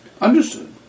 Understood